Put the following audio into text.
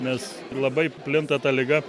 nes labai plinta ta liga